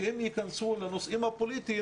שאם ייכנסו לנושאים הפוליטיים,